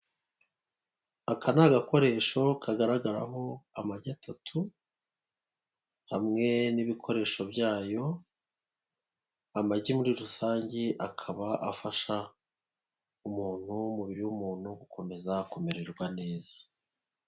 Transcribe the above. Aka ni gakoresho kagaragaraho amagi atatu hamwe n'ibikoresho byayo. Amagi muri rusange akaba afasha umuntu umubiri w'umuntu gukomeza kumererwa neza.